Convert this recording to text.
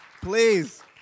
please